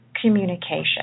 communication